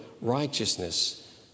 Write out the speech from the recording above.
righteousness